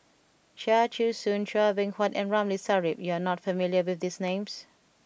Chia Choo Suan Chua Beng Huat and Ramli Sarip you are not familiar with these names